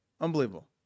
Unbelievable